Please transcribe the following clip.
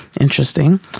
Interesting